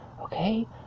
okay